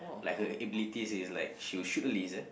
like her ability is is like she will shoot a laser